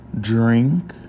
drink